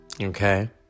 okay